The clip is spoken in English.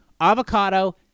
Avocado